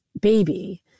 baby